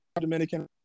Dominican